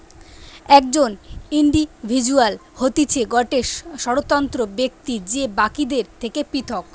একজন ইন্ডিভিজুয়াল হতিছে গটে স্বতন্ত্র ব্যক্তি যে বাকিদের থেকে পৃথক